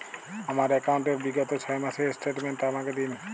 আমার অ্যাকাউন্ট র বিগত ছয় মাসের স্টেটমেন্ট টা আমাকে দিন?